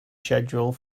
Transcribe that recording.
schedule